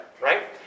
right